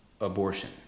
abortion